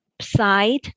side